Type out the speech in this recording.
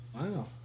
Wow